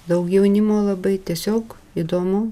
daug jaunimo labai tiesiog įdomu